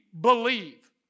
believe